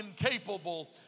incapable